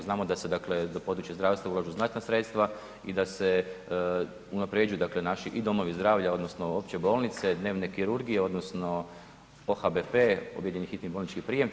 Znamo da se dakle, da se u područje zdravstva ulažu znatna sredstva i da se unapređuju dakle naši i domovi zdravlja, odnosno opće bolnice, dnevne kirurgije, odnosno OHBP, objedinjeni hitni bolnički prijem.